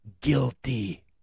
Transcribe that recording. guilty